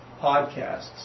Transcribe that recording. podcasts